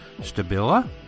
Stabila